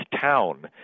town